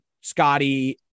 Scotty